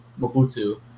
Mobutu